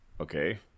Okay